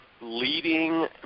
leading